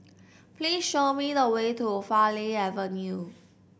please show me the way to Farleigh Avenue